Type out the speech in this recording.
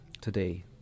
today